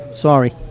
Sorry